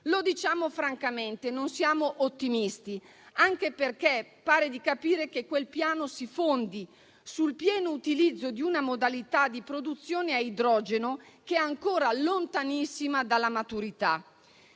Lo diciamo francamente: non siamo ottimisti, anche perché par di capire che quel piano si fondi sul pieno utilizzo di una modalità di produzione a idrogeno ancora lontanissima dalla maturità.